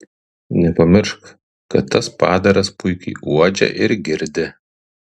nepamiršk kad tas padaras puikiai uodžia ir girdi